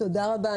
תודה רבה.